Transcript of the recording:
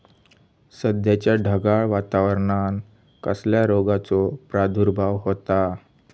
सध्याच्या ढगाळ वातावरणान कसल्या रोगाचो प्रादुर्भाव होता?